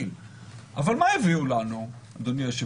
אבל מה הביאו לנו, אדוני היושב-ראש?